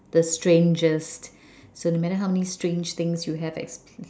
the strangest so no matter how many strange things you have experienced